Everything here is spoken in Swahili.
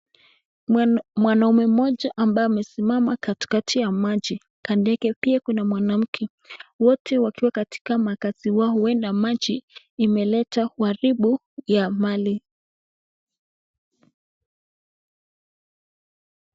Mwanaume mmoja ambaye amesimama katikati ya maji, kando yake pia kuna mwanamke, wote wakiwa kwa makazi wao maji huendea maji imeharibu hio mali.